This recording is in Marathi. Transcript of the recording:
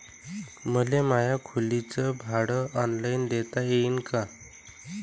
मले माया खोलीच भाड ऑनलाईन देता येईन का?